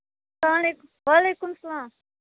وعلیکُم سلام